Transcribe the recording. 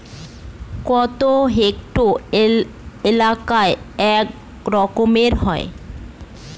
কত হেক্টর এলাকা এক একর হয়?